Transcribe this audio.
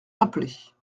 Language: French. rappelées